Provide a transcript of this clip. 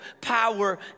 power